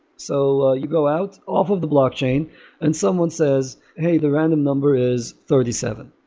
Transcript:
so ah you go out off of the blockchain and someone says, hey, the random number is thirty seven.